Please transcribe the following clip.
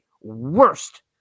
worst